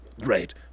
great